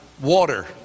water